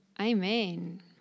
Amen